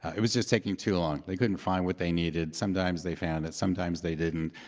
it was just taking too long. they couldn't find what they needed. sometimes they found it. sometimes they didn't.